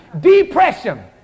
Depression